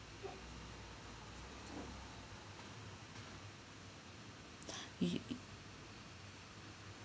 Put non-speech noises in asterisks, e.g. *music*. *breath* he